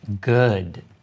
good